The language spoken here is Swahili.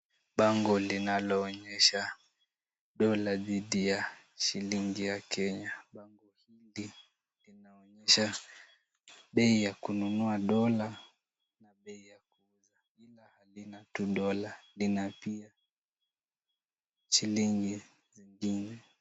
Bango linaloonyesha dola dhidi ya shilingi ya Kenya. Bango hili linaonyesha bei ya kununua dola na bei ya kuuza ila halina tu dola lina pia shilingi zingine.